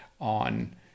on